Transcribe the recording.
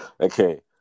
Okay